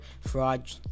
fraud